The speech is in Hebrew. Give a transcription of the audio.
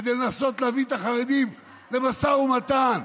כדי לנסות להביא את החרדים למשא ומתן.